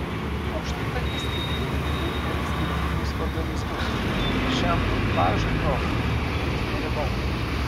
aukštikalnės skirtingai veikia skirtingus organizmus ir šiam ekipažui jos kritinė riba